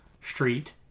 Street